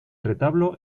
retablo